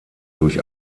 durch